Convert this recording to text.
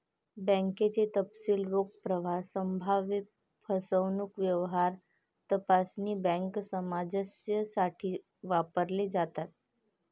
बँकेचे तपशील रोख प्रवाह, संभाव्य फसवणूक, व्यवहार तपासणी, बँक सामंजस्य यासाठी वापरले जातात